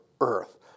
earth